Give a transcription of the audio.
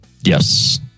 Yes